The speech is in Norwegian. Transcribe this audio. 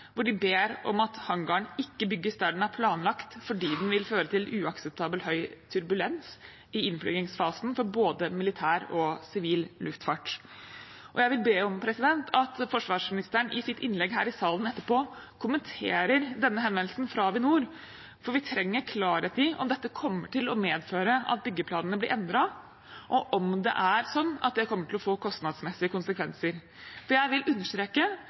hvor de ber om at hangaren ikke bygges der den er planlagt, fordi den vil føre til uakseptabelt høy turbulens i innflygingsfasen for både militær og sivil luftfart. Jeg vil be om at forsvarsministeren etterpå, i sitt innlegg i salen, kommenterer denne henvendelsen fra Avinor, for vi trenger klarhet i om dette kommer til å medføre at byggeplanene blir endret, og om det kommer til å få kostnadsmessige konsekvenser. Jeg vil understreke